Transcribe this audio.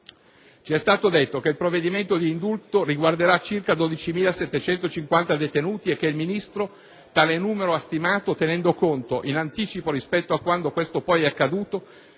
Ci è stato detto che il provvedimento di indulto riguarderà circa 12.750 detenuti e che il Ministro ha stimato tale numero tenendo conto - in anticipo rispetto a quando questo è poi accaduto